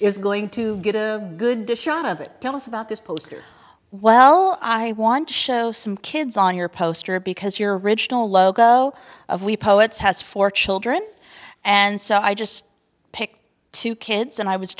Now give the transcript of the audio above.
is going to get a good dish out of it tell us about this book well i want to show some kids on your poster because your original logo of we poets has four children and so i just picked two kids and i was